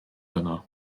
yno